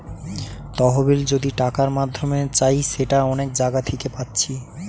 তহবিল যদি টাকার মাধ্যমে চাই সেটা অনেক জাগা থিকে পাচ্ছি